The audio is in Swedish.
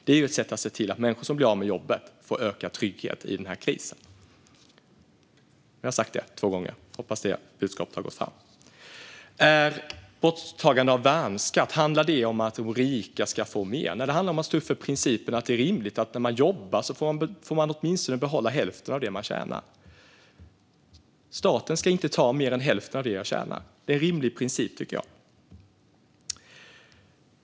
Det är ett sätt att se till att människor som blir av med jobbet får ökad trygghet i den här krisen. Nu har jag sagt det två gånger och hoppas att budskapet har gått fram. Handlar borttagandet av värnskatt om att de rika ska få mer? Nej, det handlar om att stå upp för principen att det är rimligt att när man jobbar får man åtminstone behålla hälften av det man tjänar. Staten ska inte ta mer än hälften av det jag tjänar. Det är en rimlig princip, tycker jag.